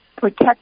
protect